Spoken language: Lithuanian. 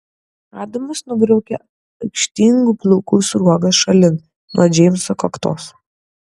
adamas nubraukia aikštingų plaukų sruogas šalin nuo džeimso kaktos